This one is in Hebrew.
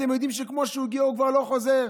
אתם יודעים שכמו שהוא הגיע הוא כבר לא חוזר?